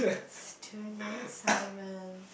let's turn my assignment